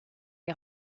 est